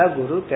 guru